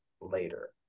later